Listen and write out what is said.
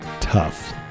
tough